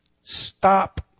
stop